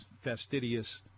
fastidious